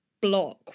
block